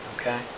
Okay